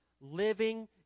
living